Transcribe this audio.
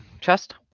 chest